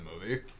movie